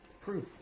proof